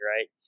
right